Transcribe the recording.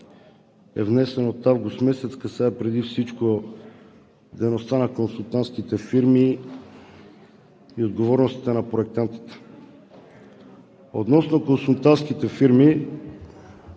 е внесен от август месец, касае преди всичко дейността на консултантските фирми и отговорностите на проектантите. Относно консултантските фирми